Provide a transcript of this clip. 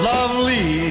Lovely